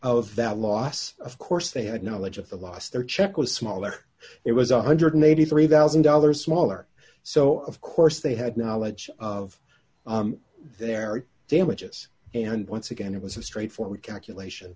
of that loss of course they had no knowledge of the loss their check was smaller it was one hundred and eighty three thousand dollars smaller so of course they had knowledge of their damages and once again it was a straightforward calculation